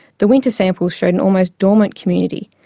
the winter samples showed an almost dormant community,